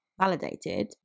validated